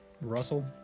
Russell